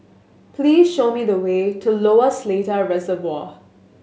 please show me the way to Lower Seletar Reservoir